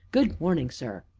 good morning, sir!